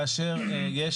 כאשר יש